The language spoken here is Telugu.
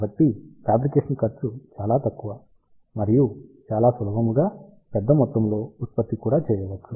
కాబట్టి ఫాబ్రికేషన్ ఖర్చు చాలా తక్కువ మరియు చాలా సులభముగా పెద్ద మొత్తములో ఉత్పత్తి కూడా చేయవచ్చు